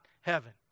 heaven